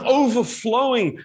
overflowing